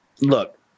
look